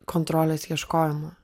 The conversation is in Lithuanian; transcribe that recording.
kontrolės ieškojimo